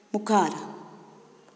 मुखार